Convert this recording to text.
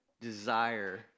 desire